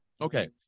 Okay